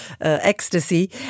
ecstasy